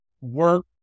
work